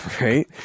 right